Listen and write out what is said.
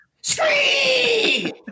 Scream